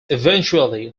eventually